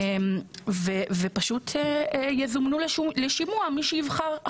ושמי שיבחר אחרת יזומן לשימוע.